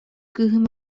кыыһым